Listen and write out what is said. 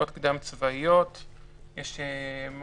עובדים סוציאליים שמפעילים את כל המסגרות החשובות האלו שבהן יכולים